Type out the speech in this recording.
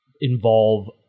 involve